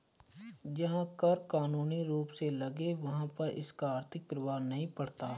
जहां कर कानूनी रूप से लगे वहाँ पर इसका आर्थिक प्रभाव नहीं पड़ता